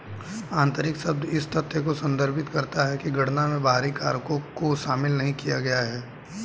आंतरिक शब्द इस तथ्य को संदर्भित करता है कि गणना में बाहरी कारकों को शामिल नहीं किया गया है